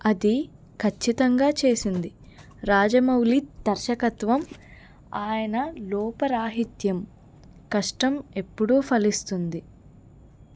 అది కచ్చితంగా చేసింది రాజమౌళి దర్శకత్వం ఆయన లోపరాహిత్యం కష్టం ఎప్పుడూ ఫలిస్తుంది